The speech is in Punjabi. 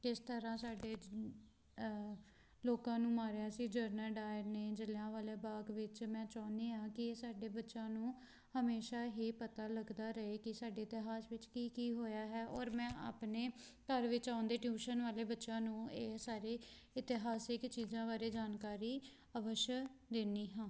ਕਿਸ ਤਰ੍ਹਾਂ ਸਾਡੇ ਜ ਲੋਕਾਂ ਨੂੰ ਮਾਰਿਆ ਸੀ ਜਨਰਲ ਡਾਇਰ ਨੇ ਜਲਿਆਂਵਾਲੇ ਬਾਗ ਵਿੱਚ ਮੈਂ ਚਾਹੁੰਦੀ ਹਾਂ ਕਿ ਸਾਡੇ ਬੱਚਿਆਂ ਨੂੰ ਹਮੇਸ਼ਾ ਇਹ ਪਤਾ ਲੱਗਦਾ ਰਹੇ ਕਿ ਸਾਡੇ ਇਤਿਹਾਸ ਵਿੱਚ ਕੀ ਕੀ ਹੋਇਆ ਹੈ ਔਰ ਮੈਂ ਆਪਣੇ ਘਰ ਵਿੱਚ ਆਉਂਦੇ ਟਿਊਸ਼ਨ ਵਾਲੇ ਬੱਚਿਆਂ ਨੂੰ ਇਹ ਸਾਰੇ ਇਤਿਹਾਸਿਕ ਚੀਜ਼ਾਂ ਬਾਰੇ ਜਾਣਕਾਰੀ ਅਵੱਸ਼ ਦਿੰਦੀ ਹਾਂ